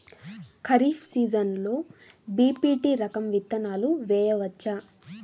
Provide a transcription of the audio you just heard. ఖరీఫ్ సీజన్లో బి.పీ.టీ రకం విత్తనాలు వేయవచ్చా?